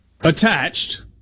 attached